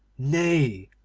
nay,